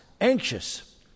anxious